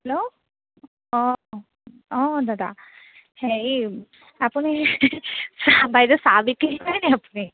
hello অঁ অঁ দাদা হেৰি আপুনি বাইদেউ চাহ বিক্ৰী কৰেনে আপুনি